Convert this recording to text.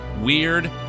Weird